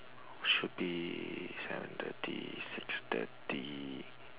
should be seven thirty six thirty